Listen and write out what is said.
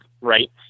right